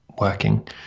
working